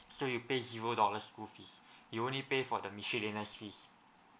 so you pay zero dollar school fees you only pay for the miscellaneous fees